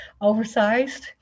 oversized